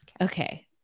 Okay